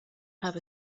have